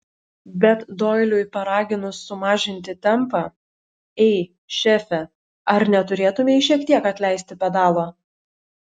bet doiliui paraginus sumažinti tempą ei šefe ar neturėtumei šiek tiek atleisti pedalo